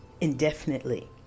indefinitely